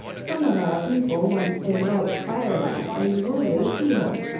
some of our people once, in the boat, fired at and wounded a sea-horse,